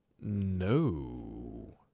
No